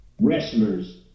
wrestlers